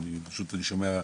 אני פשוט שומע,